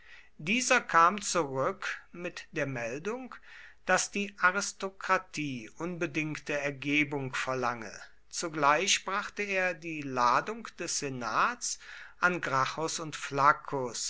dieser kam zurück mit der meldung daß die aristokratie unbedingte ergebung verlange zugleich brachte er die ladung des senats an gracchus und